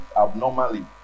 abnormally